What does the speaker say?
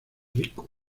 rico